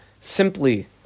Simply